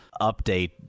update